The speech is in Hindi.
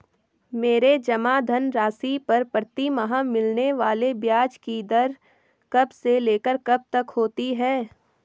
मेरे जमा धन राशि पर प्रतिमाह मिलने वाले ब्याज की दर कब से लेकर कब तक होती है?